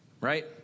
Right